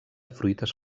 fruites